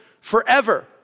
forever